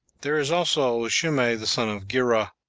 there is also shimei the son of gera,